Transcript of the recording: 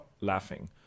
laughing